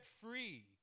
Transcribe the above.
free